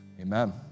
amen